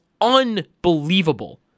unbelievable